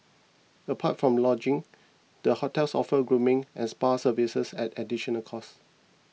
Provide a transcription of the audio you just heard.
apart from lodgings the hotels offers grooming and spa services at additional cost